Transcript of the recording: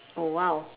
oh !wow!